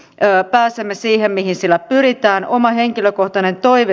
me pääsemme sinne mihin sillä pyritään oma henkilökohtainen toi